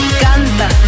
Canta